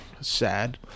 Sad